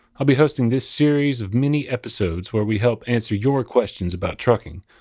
i'll be hosting this series of mini episodes where we help answer your questions about trucking.